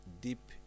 deep